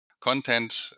content